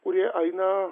kurie aina